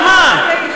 על מה?